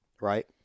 Right